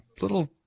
little